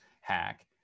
hack